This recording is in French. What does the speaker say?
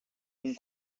une